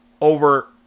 over